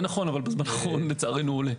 אבל לצערנו הוא עולה.